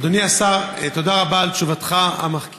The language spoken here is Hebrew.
אדוני השר, תודה רבה על תשובתך המחכימה.